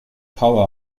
power